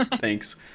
Thanks